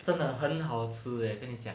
真的很好吃 leh 跟你讲